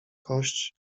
kość